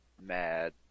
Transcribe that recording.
Mad